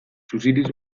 suziriz